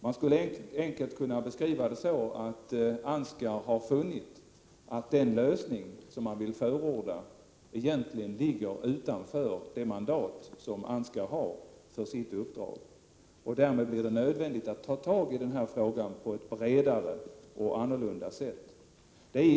Man skulle enkelt kunna beskriva det så, att Ansgar har funnit att den lösning som man vill förorda egentligen ligger utanför det mandat som Ansgar har för sitt uppdrag. Därmed blir det nödvändigt att ta tag i den här frågan på ett bredare och annorlunda sätt.